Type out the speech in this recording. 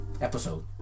episode